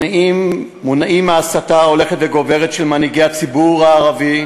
מונעים מהסתה הולכת וגוברת של מנהיגי הציבור הערבי,